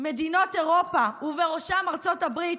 מדינות אירופה וארצות הברית,